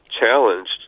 challenged